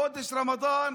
חודש רמדאן,